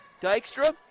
Dykstra